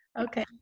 Okay